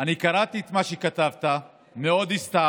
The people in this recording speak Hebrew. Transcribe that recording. אני קראתי את מה שכתבת, מאוד הצטערתי,